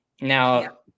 Now